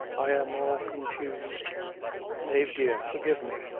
i'm all confused mave, dear, forgive me!